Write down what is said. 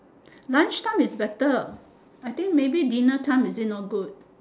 lunch time is better I think may be dinner time is it not good